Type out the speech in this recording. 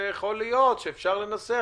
ויכול להיות שאפשר לנסח,